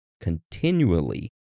continually